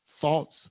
thoughts